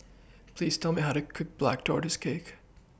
Please Tell Me How to Cook Black Tortoise Cake